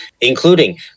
including